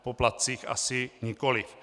V poplatcích asi nikoliv.